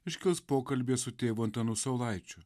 iškils pokalbyje su tėvu antanu saulaičiu